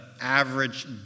average